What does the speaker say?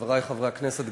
חברי חברי הכנסת,